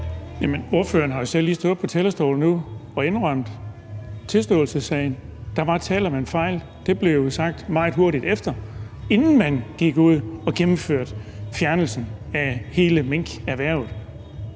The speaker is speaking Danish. Jamen ordføreren har jo selv lige stået på talerstolen nu og indrømmet tilståelsessagen. Der var tale om en fejl. Det blev sagt meget hurtigt efter, inden man gik ud og gennemførte fjernelsen af hele minkerhvervet.